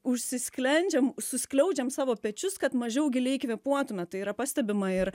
užsisklendžiam suskliaudžiam savo pečius kad mažiau giliai kvėpuotume tai yra pastebima ir